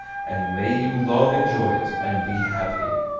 and may you long enjoy it and be happy!